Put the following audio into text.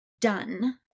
done